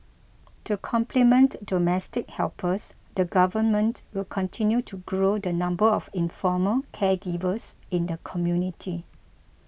to complement domestic helpers the Government will continue to grow the number of informal caregivers in the community